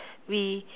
we